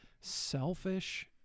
selfish